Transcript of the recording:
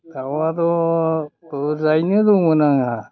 दाउआथ' बुरजायैनो दंमोन आंहा